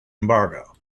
embargo